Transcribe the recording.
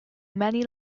many